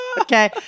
okay